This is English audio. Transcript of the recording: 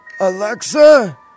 Alexa